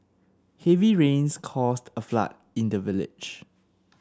heavy rains caused a flood in the village